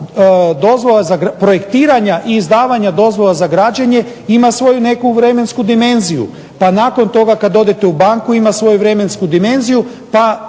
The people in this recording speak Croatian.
dozvola za, projektiranja i izdavanja dozvola za građenje ima svoju neku vremensku dimenziju. Pa nakon toga kad odete u banku ima svoju vremensku dimenziju pa